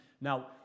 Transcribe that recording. Now